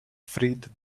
freed